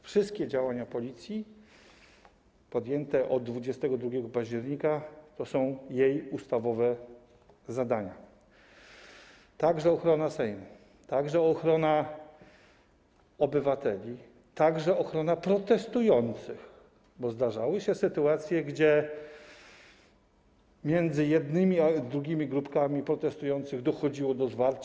Wszystkie działania Policji podejmowane od 22 października to jej ustawowe zadania - także ochrona Sejmu, także ochrona obywateli, także ochrona protestujących, bo zdarzały się sytuacje, gdzie między jednymi a drugimi grupkami protestujących dochodziło do zwarć.